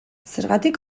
zergatik